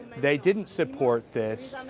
they didn't support this.